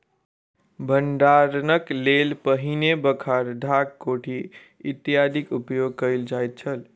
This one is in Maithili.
भंडारणक लेल पहिने बखार, ढाक, कोठी इत्यादिक उपयोग कयल जाइत छल